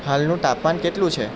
હાલનું તાપમાન કેટલું છે